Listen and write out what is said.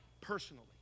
Personally